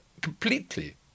completely